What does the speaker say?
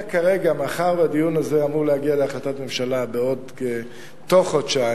מאחר שהדיון הזה אמור להגיע להחלטת ממשלה בתוך חודשיים,